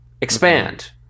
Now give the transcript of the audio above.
expand